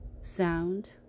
sound